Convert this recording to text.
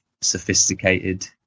sophisticated